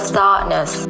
darkness